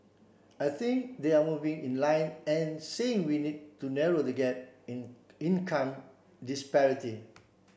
I think they are moving in line and saying we need to narrow the gap in income disparity